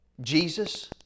Jesus